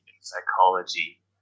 psychology